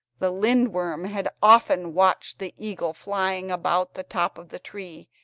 the lindworm had often watched the eagle flying about the top of the tree,